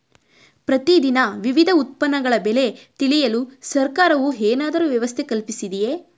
ಪ್ರತಿ ದಿನ ವಿವಿಧ ಉತ್ಪನ್ನಗಳ ಬೆಲೆ ತಿಳಿಯಲು ಸರ್ಕಾರವು ಏನಾದರೂ ವ್ಯವಸ್ಥೆ ಕಲ್ಪಿಸಿದೆಯೇ?